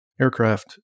aircraft